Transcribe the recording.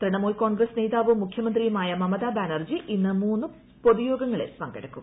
തൃണമൂൽ കോൺഗ്രസ് നേതാവും മുഖ്യമന്ത്രിയുമായ മമതാ ബാനർജി ഇന്ന് മൂന്ന് പൊതുയോഗങ്ങളിൽ പങ്കെടുക്കും